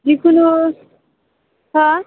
जिखुनु हा